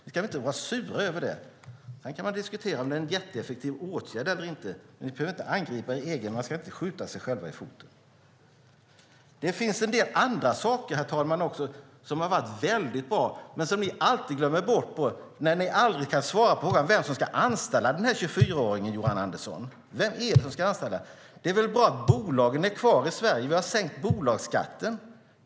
Ni ska väl inte vara sura över det. Man kan diskutera om det är en jätteeffektiv åtgärd eller inte, men ni behöver inte angripa er egen politik. Man ska inte skjuta sig själv i foten. Det finns en del andra saker som också har varit väldigt bra men som ni alltid glömmer bort. Du kan aldrig svara vem som ska anställa 24-åringen, Johan Andersson? Vem är det som ska anställa? Det är väl bra att bolagen är kvar i Sverige? Vi har sänkt bolagsskatten.